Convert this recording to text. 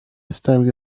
staring